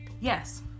yes